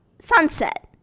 sunset